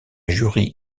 jury